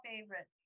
favorite